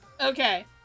Okay